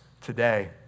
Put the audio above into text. today